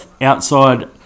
outside